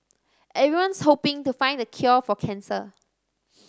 everyone's hoping to find the cure for cancer